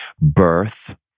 birth